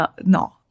no